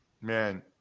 Man